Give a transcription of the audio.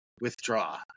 withdraw